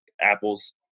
apples